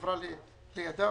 חברה לידה,